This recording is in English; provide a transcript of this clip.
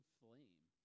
flame